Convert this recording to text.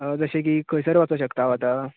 जशें की खंयसर वचूंक शकता हांव आतां